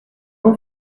vous